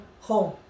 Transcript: home